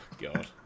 God